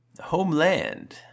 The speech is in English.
homeland